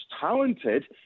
talented